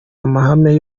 amahame